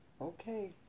okay